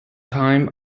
time